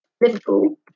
Liverpool